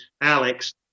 Alex